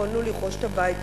יכולנו לרכוש את הבית,